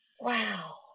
Wow